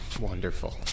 Wonderful